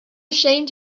ashamed